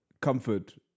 comfort